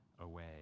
away